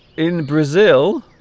in brazil